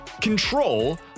control